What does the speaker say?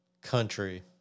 country